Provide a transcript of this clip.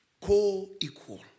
co-equal